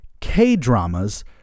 K-dramas